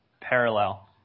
Parallel